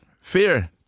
Fear